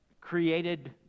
created